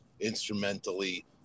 Instrumentally